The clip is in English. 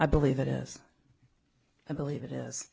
i believe it is i believe it is